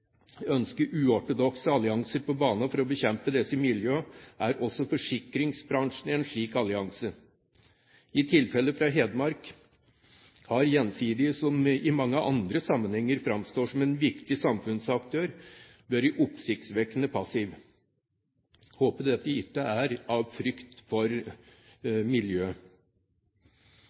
uortodokse allianser på banen for å bekjempe disse miljøene, er også forsikringsbransjen i en slik allianse. I tilfellet fra Hedmark har Gjensidige, som framstår i mange andre sammenhenger som en viktig samfunnsaktør, vært oppsiktsvekkende passiv. Håper dette ikke er av frykt for miljøet.